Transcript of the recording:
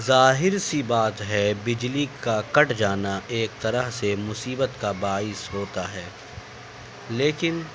ظاہر سی بات ہے بجلی کا کٹ جانا ایک طرح سے مصیبت کا باعث ہوتا ہے لیکن